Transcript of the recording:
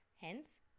Hence